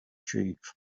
chief